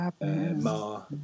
Mar